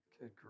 Good